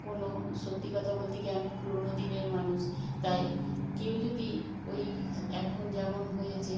কোনো সত্যি কথা বলতে কী আমি পুরোনো দিনের মানুষ তাই কেউ যদি ওই এখন যেমন হয়েছে